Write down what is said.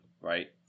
Right